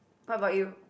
what about you